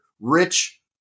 Rich